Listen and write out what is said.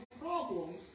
problems